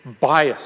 Bias